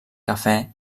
cafè